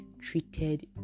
treated